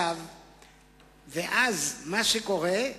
ואז, מה שקורה,